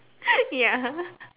ya